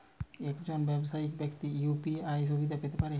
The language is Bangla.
একজন ব্যাবসায়িক ব্যাক্তি কি ইউ.পি.আই সুবিধা পেতে পারে?